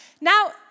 Now